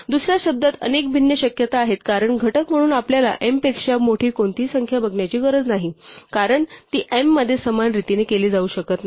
दुसऱ्या शब्दांत अनेक भिन्न शक्यता आहेत कारण घटक म्हणून आपल्याला m पेक्षा मोठी कोणतीही संख्या बघण्याची गरज नाही कारण ती m मध्ये समान रीतीने जाऊ शकत नाही